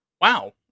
Wow